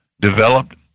developed